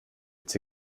its